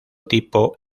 tipo